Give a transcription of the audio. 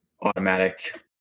automatic